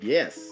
Yes